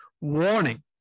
Warning